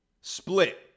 split